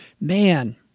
man